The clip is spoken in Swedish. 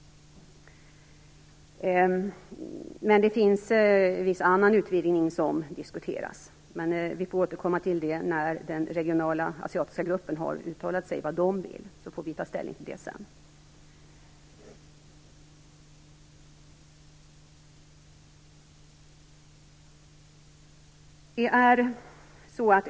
Men det finns en viss annan utvidgning som diskuteras. Vi får återkomma till det när den regionala asiatiska gruppen har uttalat sig vad den vill. Sedan får vi ta ställning till det.